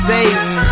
Satan